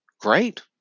Great